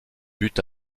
buts